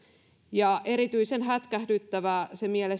ja se on mielestäni erityisen hätkähdyttävää